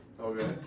Okay